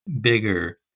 bigger